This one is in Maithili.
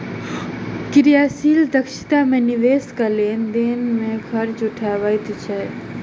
क्रियाशील दक्षता मे निवेशक लेन देन के खर्च उठबैत अछि